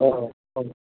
अँ अँ